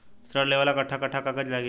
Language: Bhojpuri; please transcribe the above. ऋण लेवेला कट्ठा कट्ठा कागज लागी?